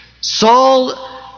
Saul